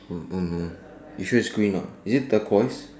oh no you sure is green not you sure is turquoise